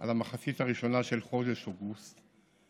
על המחצית הראשונה של חודש אוגוסט,